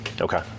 Okay